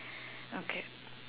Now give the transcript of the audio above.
okay